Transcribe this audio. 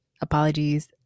apologies